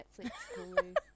Netflix